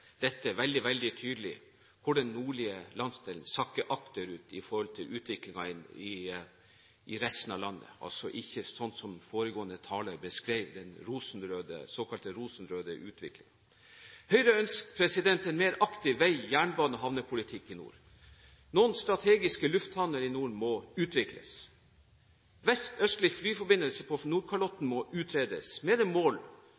dette veldig, veldig tydelig; den nordlige landsdelen sakker akterut i forhold til utviklingen i resten av landet – altså ikke slik den foregående taler beskrev den såkalte rosenrøde utviklingen. Høyre ønsker en mer aktiv vei-, jernbane- og havnepolitikk i nord. Noen strategiske lufthavner i nord må utvikles. Vest-østlig flyforbindelse på Nordkalotten må utredes, med det mål